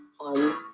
on